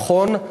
נכון,